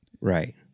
Right